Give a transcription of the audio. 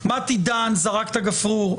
מתי דן זרק את הגפרור,